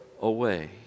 away